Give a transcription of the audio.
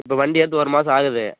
இப்போ வண்டி எடுத்து ஒரு மாதம் ஆகுது